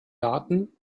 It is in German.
garten